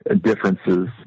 differences